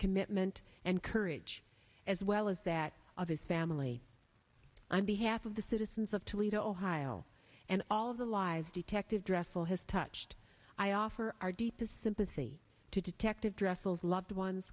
commitment and courage as well as that of his family on behalf of the citizens of toledo ohio and all of the lives detective dress feel has touched i offer our deepest sympathy to detective dresses loved ones